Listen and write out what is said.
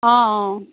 অঁ অঁ